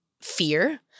fear